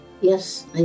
Yes